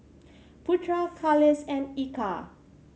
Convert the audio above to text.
Putra Khalish and Eka